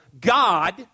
God